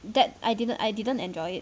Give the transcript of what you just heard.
that I didn't I didn't enjoy it